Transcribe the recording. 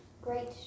great